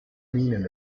meaning